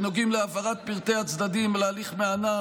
שנוגעים להבהרת פרטי הצדדים להליך ומענם,